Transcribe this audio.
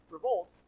Revolt